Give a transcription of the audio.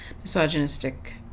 misogynistic